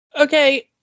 Okay